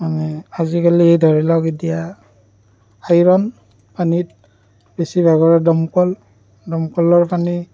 মানে আজিকালি ধৰি লওক এতিয়া আইৰণ পানীত বেছিভাগৰে দমকল দমকলৰ পানী